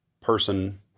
person